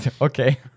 Okay